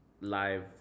live